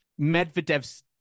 Medvedev's